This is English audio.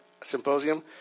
symposium